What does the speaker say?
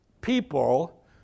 people